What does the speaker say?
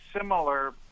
similar